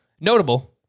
Notable